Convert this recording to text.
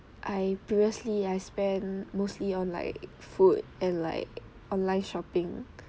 I previously I spend mostly on like food and like online shopping